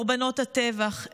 קורבנות הטבח,